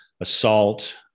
assault